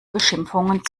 beschimpfungen